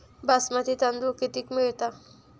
बासमती तांदूळ कितीक मिळता?